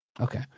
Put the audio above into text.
Okay